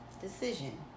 decision